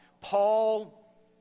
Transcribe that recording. Paul